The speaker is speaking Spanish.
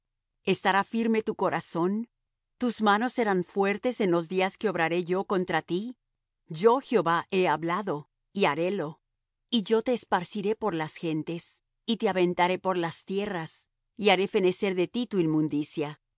estará firme tu corazón tus manos serán fuertes en los días que obraré yo contra ti yo jehová he hablado y harélo y yo te esparciré por las gentes y te aventaré por las tierras y haré fenecer de ti tu inmundicia